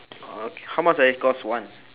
okay how much does it cost one